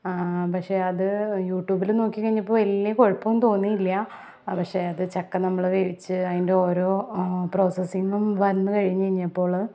പക്ഷെ അത് യൂട്യൂബിൽ നോക്കി കഴിഞ്ഞപ്പോൾ വലിയ കുഴപ്പമൊന്നും തോന്നിയില്ല പക്ഷെ അത് ചക്ക നമ്മൾ വേവിച്ച് അതിൻ്റെ ഓരോ പ്രൊസസ്സിങ്ങും വന്നു കഴിഞ്ഞ് കഴിഞ്ഞപ്പോൾ